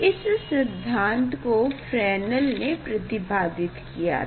इस सिद्धांत को फ्रेनेल ने प्रतिपादित किया था